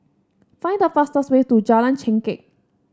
find the fastest way to Jalan Chengkek